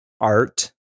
art